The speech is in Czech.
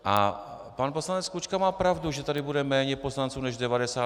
A pan poslanec Klučka má pravdu, že tady bude méně poslanců než 98.